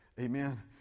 Amen